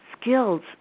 skills